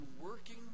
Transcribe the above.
working